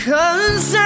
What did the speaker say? Cause